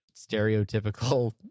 stereotypical